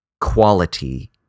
quality